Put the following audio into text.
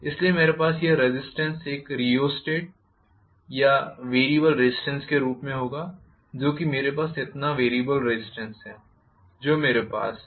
इसलिए मेरे पास यह रेज़िस्टेन्स एक रिओस्टेट या वेरियबल रेज़िस्टेन्स के रूप में होगा जो कि मेरे पास इतना वेरियबल रेज़िस्टेन्स है जो मेरे पास है